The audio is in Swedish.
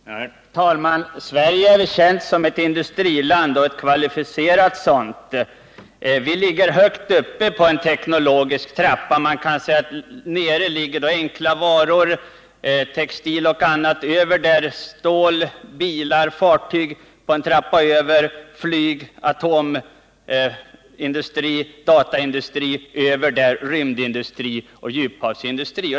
Herr talman! Sverige är känt som ett kvalificerat industriland. Landet befinner sig högt uppe på den teknologiska trappan. Man kan säga att långt ner på trappan har vi enkla varor, textilier etc. ; något högre upp har vi stål, bilar, fartyg; och ytterligare en bit uppåt har vi flyg, atomindustri, dataindustri; Överst i trappan har vi rymdindustri och djuphavsindustri.